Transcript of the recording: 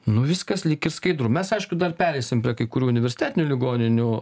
nu viskas lyg ir skaidrų mes aišku dar pereisime prie kai kurių universitetinių ligoninių